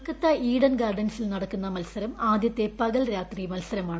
Kolkata Eden ഗാർഡൻസിൽ നടക്കുന്ന മൽസരം ആദ്യത്തെ പകൽ രാത്രി മൽസരമാണ്